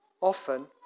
Often